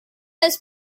his